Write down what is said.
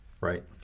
right